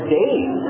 days